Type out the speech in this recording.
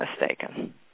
mistaken